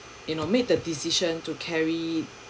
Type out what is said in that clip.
you know made the decision to carry